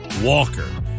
Walker